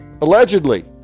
allegedly